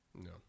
No